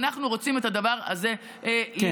ואנחנו רוצים את הדבר הזה למנוע.